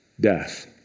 death